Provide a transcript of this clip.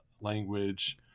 language